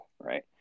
Right